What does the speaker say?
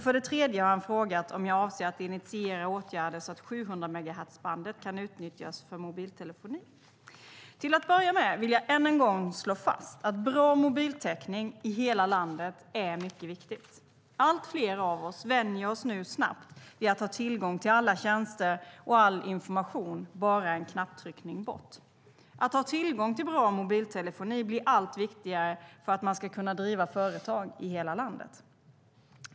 För det tredje har han frågat om jag avser att initiera åtgärder så att 700-megahertzbandet kan nyttjas för mobiltelefoni. Till att börja med vill jag än en gång slå fast att bra mobiltäckning i hela landet är mycket viktigt. Allt fler av oss vänjer sig nu snabbt vid att ha tillgång till alla tjänster och all information bara en knapptryckning bort. Att ha tillgång till bra mobiltelefoni blir allt viktigare för att man ska kunna driva företag i hela landet.